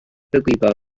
ddigwyddodd